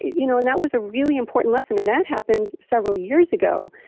you know and that was a really important lesson and that happened several years ago.